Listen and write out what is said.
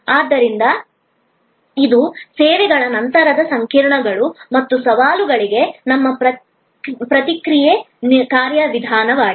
ಆದ್ದರಿಂದ ಇದು ಸೇವೆಗಳ ನಂತರದ ಸಂಕೀರ್ಣತೆಗಳು ಮತ್ತು ಸವಾಲುಗಳಿಗೆ ನಮ್ಮ ಪ್ರತಿಕ್ರಿಯೆ ಕಾರ್ಯವಿಧಾನವಾಗಿದೆ